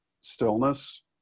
Stillness